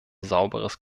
sauberes